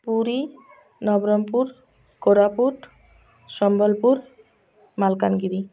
Puri Nabarangpur Koraput Sambalpur Malkangiri